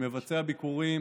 אני מבצע ביקורים